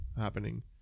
happening